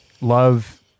love